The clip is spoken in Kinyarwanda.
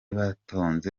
batonze